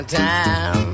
time